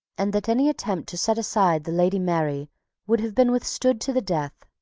and that any attempt to set aside the lady mary would have been withstood to the death,